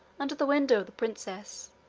under the window of the princess,